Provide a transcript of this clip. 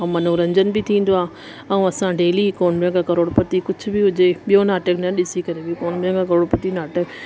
ऐं मनोरंजन बि थींदो आहे ऐं असां डेली कौन बनेगा करोड़पति कुझु बि हुजे ॿियो नाटक न ॾिसी करे इहो कौन बनेगा करोड़पति नाटक